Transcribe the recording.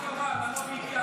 --- למה בהתייעצות?